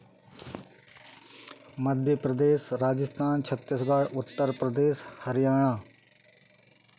Madhya Pradesh Rajasthan Chhattisgarh Uttar Pradesh Haryana